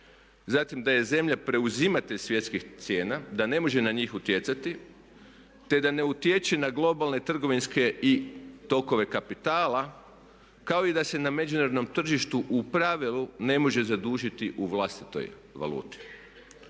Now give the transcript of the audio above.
zatim da je zemlja preuzimatelj svjetskih cijena, da ne može na njih utjecati, te da ne utječe na globalne trgovinske i tokove kapitala kao i da se na međunarodnom tržištu u pravilu ne može zadužiti u vlastitoj valuti.